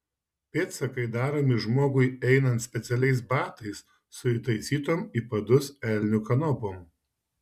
pėdsakai daromi žmogui einant specialiais batais su įtaisytom į padus elnių kanopom